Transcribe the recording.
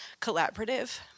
collaborative